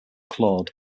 claude